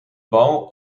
bal